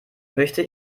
möchte